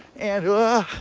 and